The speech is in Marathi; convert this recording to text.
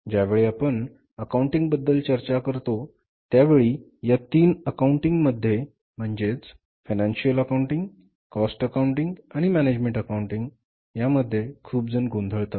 ज्यावेळी आपण अकाउंटिंग बद्दल चर्चा करतो त्यावेळी या तीन अकाउंटिंगमधे म्हणजेच फायनान्शिअल अकाउंटिंग कॉस्ट अकाउंटिंग आणि मॅनेजमेंट अकाउंटिंग खुपजण गोंधळतात